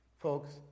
Folks